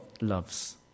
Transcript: loves